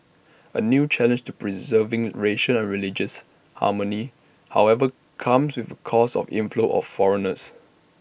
A new challenge to preserving racial and religious harmony however comes with close of inflow of foreigners